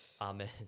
Amen